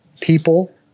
people